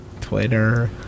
Twitter